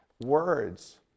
words